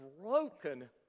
broken